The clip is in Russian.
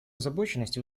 озабоченность